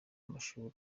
amashuri